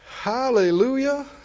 Hallelujah